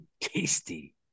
tasty